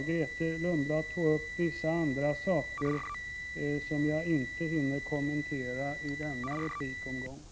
Grethe Lundblad tog upp vissa andra saker som jag inte hinner kommentera i denna replikomgång.